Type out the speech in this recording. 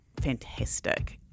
fantastic